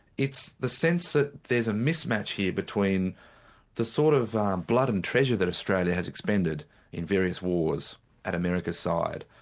it's the sense that there's a mismatch here between the sort of blood and treasure that australia has expended in various wars at america's side,